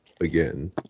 again